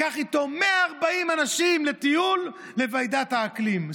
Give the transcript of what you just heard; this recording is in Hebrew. לקח איתו 140 אנשים לטיול לוועידת האקלים.